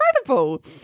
incredible